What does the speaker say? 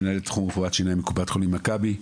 מנהלת תחום רפואת שיניים בקופת חולים "מכבי".